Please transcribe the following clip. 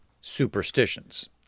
superstitions